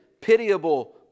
pitiable